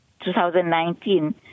2019